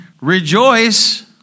rejoice